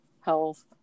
health